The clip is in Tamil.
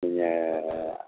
நீங்கள்